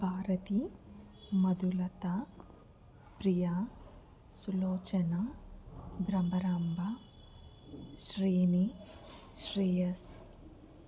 Bharati Madhulatha Priya Sulochana Bhramaramba Shreni Shreyas